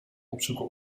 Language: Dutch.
opzoeken